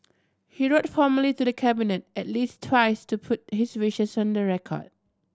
he wrote formally to the Cabinet at least twice to put his wishes on the record